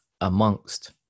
amongst